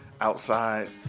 outside